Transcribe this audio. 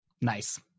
Nice